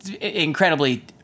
incredibly